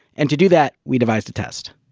and to do that, we devised a test.